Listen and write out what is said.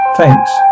Thanks